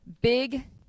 big